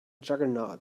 juggernaut